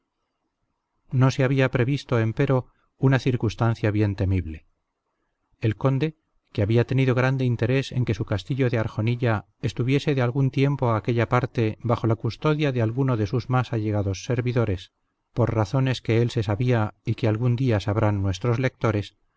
no se había previsto empero una circunstancia bien temible el conde que había tenido grande interés en que su castillo de arjonilla estuviese de algún tiempo a aquella parte bajo la custodia de alguno de sus más allegados servidores por razones que él se sabía y que algún día sabrán nuestros lectores